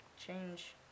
change